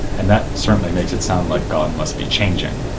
and that certainly makes it sound like god must be changing.